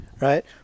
right